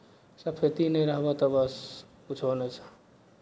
सफैती नहि रहबह तऽ बस किछो नहि छह